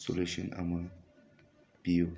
solution ꯑꯃ ꯄꯤꯌꯨ